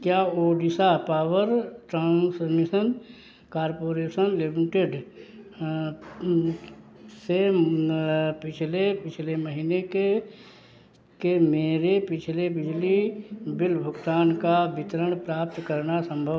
क्या Odisha power transmission corporation limited से पिछले पिछले महीने के के मेरे पिछले बिजली बिल भुगतान का वितरण प्राप्त करना संभव